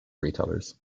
retailers